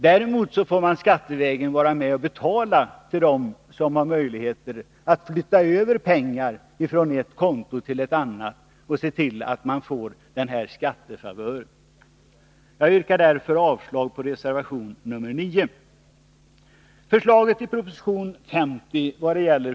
Däremot får man skattevägen vara med och betala för dem som har möjligheter att flytta över pengar från ett konto till ett annat och se till att de får denna skattefavör. Jag yrkar avslag på reservation nr 9.